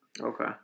Okay